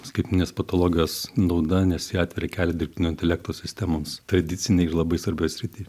skaitmeninės patologijos nauda nes ji atveria kelią dirbtinio intelekto sistemoms tradicinėj ir labai svarbioj srity